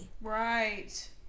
Right